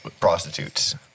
prostitutes